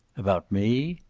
about me?